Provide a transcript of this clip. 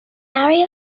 area